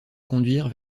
conduire